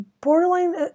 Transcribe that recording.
borderline